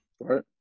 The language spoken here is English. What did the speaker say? Right